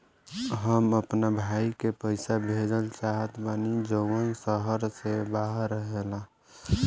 हम अपना भाई के पइसा भेजल चाहत बानी जउन शहर से बाहर रहेला